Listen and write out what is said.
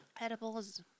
Edibles